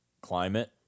climate